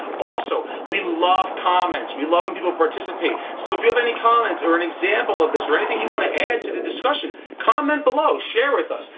also, we love comments. we love them people participate. so if you have any comments, or an example of this or anything you want to add to the discussion, comment below, share with us.